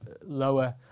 lower